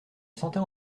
sentais